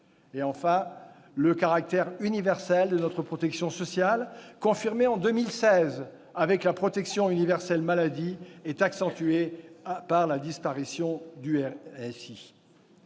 Enfin, le caractère universel de notre protection sociale, confirmé en 2016 avec la protection universelle maladie, est accentué par la disparition du RSI.